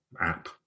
app